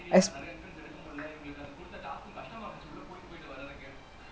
I honestly because of that like in university I don't know how we gonna like university பண்ணபோற:pannapora